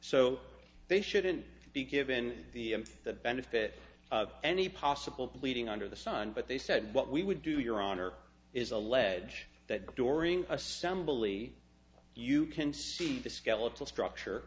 so they shouldn't be given the benefit of any possible pleading under the sun but they said what we would do your honor is allege that during assembly you can see the skeletal structure